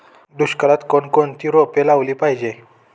दुष्काळात कोणकोणती रोपे लावली पाहिजे?